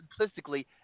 Simplistically